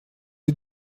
lui